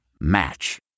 Match